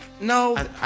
No